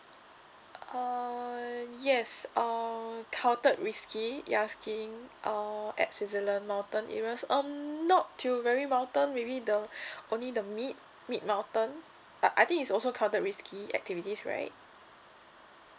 uh yes uh counted risky ya skiing uh at switzerland mountain areas um not till very mountain maybe the only the mid mid mountain but I think is also counted risky activities right